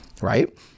right